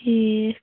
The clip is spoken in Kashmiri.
ٹھیٖک